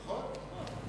נכון,